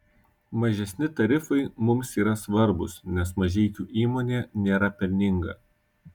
mažesni tarifai mums yra svarbūs nes mažeikių įmonė nėra pelninga